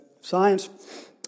Science